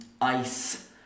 ice